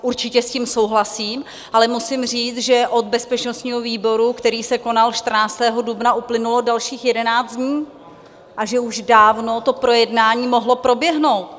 Určitě s tím souhlasím, ale musím říct, že od bezpečnostního výboru, který se konal 14. dubna, uplynulo dalších jedenáct dní a že už dávno to projednání mohlo proběhnout.